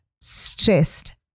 stressed